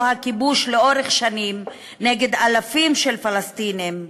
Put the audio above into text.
הכיבוש לאורך שנים נגד אלפים של פלסטינים,